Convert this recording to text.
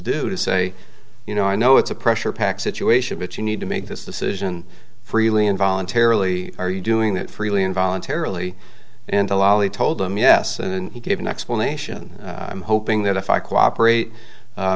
do to say you know i know it's a pressure packed situation but you need to make this decision freely and voluntarily are you doing that freely and voluntarily into law lee told him yes and he gave an explanation i'm hoping that if i